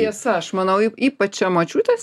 tiesa aš manau y ypač močiutės